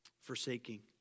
Forsaking